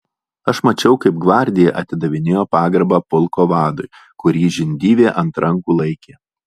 aš mačiau kaip gvardija atidavinėjo pagarbą pulko vadui kurį žindyvė ant rankų laikė